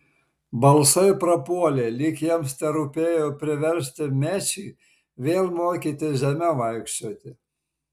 balsai prapuolė lyg jiems terūpėjo priversti mečį vėl mokytis žeme vaikščioti